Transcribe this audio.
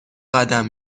قدم